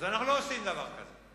אז אנחנו לא עושים דבר כזה.